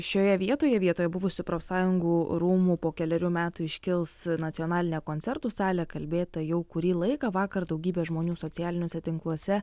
šioje vietoje vietoj buvusių profsąjungų rūmų po kelerių metų iškils nacionalinė koncertų salė kalbėta jau kurį laiką vakar daugybė žmonių socialiniuose tinkluose